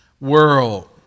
world